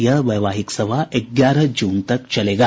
यह वैवाहिक सभा ग्यारह जून तक चलेगा